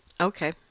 Okay